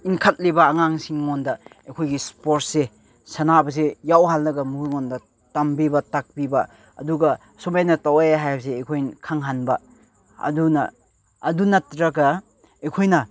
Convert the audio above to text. ꯏꯪꯈꯠꯂꯤꯕ ꯑꯉꯥꯡꯁꯤꯡꯉꯣꯟꯗ ꯑꯩꯈꯣꯏꯒꯤ ꯏꯁꯄꯣꯔꯠꯁꯁꯦ ꯁꯥꯟꯅꯕꯁꯦ ꯌꯥꯎꯍꯜꯂꯒ ꯃꯉꯣꯟꯗ ꯇꯝꯕꯤꯕ ꯇꯥꯛꯄꯤꯕ ꯑꯗꯨꯒ ꯑꯁꯨꯃꯥꯏꯅ ꯇꯧꯋꯦ ꯍꯥꯏꯕꯁꯦ ꯑꯩꯈꯣꯏꯅ ꯈꯪꯍꯟꯕ ꯑꯗꯨꯅ ꯑꯗꯨ ꯅꯠꯇ꯭ꯔꯒ ꯑꯩꯈꯣꯏꯅ